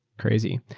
crazy.